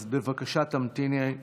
אז בבקשה תמתיני על הדוכן.